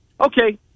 Okay